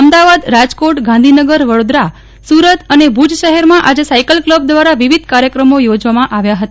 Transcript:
અમદાવાદ રાજકોટ ગાંધીનગર વડોદરા સુરત અને ભુજ શહેરમાં આજે સાયકલ ક્લબ દ્વારા વિવિધ કાર્યક્રમો યોજવામાં આવ્યા હતા